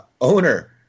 owner